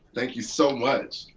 thank you so much.